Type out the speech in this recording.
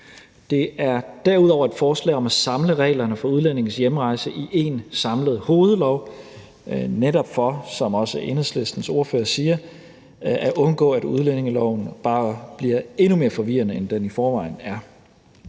Det er derudover et forslag om at samle reglerne for udlændinges hjemrejse i en samlet hovedlov netop for, som også Enhedslistens ordfører siger, at undgå, at udlændingeloven bare bliver endnu mere forvirrende, end den i forvejen er.